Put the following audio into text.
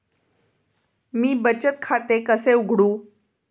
मी बचत खाते कसे उघडू?